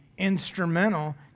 instrumental